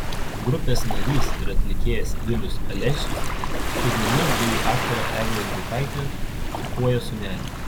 grupės narys ir atlikėjas vilius alesius su žmona bei aktore egle driukaite sūpuoja sūnelį